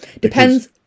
depends